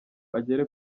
agere